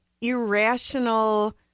irrational